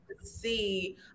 see